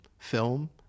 film